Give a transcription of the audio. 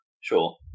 sure